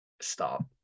Stop